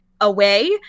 away